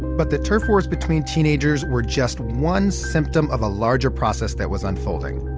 but the turf wars between teenagers were just one symptom of a larger process that was unfolding.